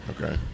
Okay